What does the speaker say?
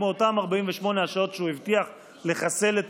כמו אותן 48 השעות שהוא הבטיח לחסל את